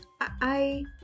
I-